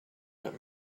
let